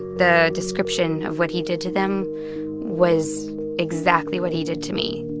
the description of what he did to them was exactly what he did to me